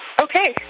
Okay